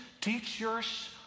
teachers